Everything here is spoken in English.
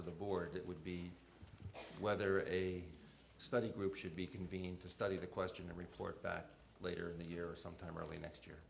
of the board it would be whether a study group should be convened to study the question or report back later in the year sometime early next year